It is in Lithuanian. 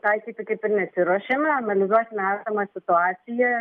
taikyti kaip ir nesiruošiame analizuosime esamą situaciją